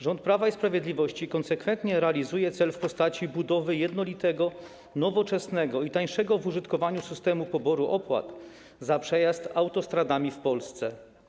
Rząd Prawa i Sprawiedliwości konsekwentnie realizuje cel w postaci budowy jednolitego, nowoczesnego i tańszego w użytkowaniu systemu poboru opłat za przejazd autostradami w Polsce.